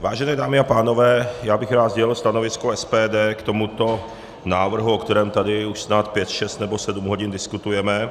Vážené dámy a pánové, já bych rád sdělil stanovisko SPD k tomuto návrhu, o kterém tady už snad pět, šest nebo sedm hodin diskutujeme.